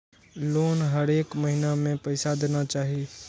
Loan हरेक महीना में पैसा देना चाहि?